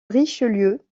richelieu